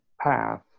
path